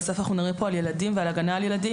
בסוף אנחנו מדברים פה על ילדים ועל הגנה על ילדים,